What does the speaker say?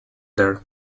there